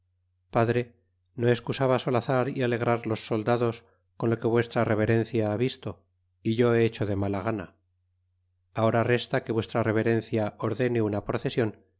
padre no excusaba solazar y alegrar los soldados con lo que vuestra reverenda ha visto é yo he hecho de mala gana ahora resta que vuestra reverencia ordene una procesion